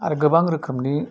आरो गोबां रोखोमनि